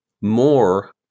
more